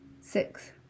Six